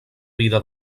vida